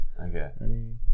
okay